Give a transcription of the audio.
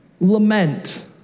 lament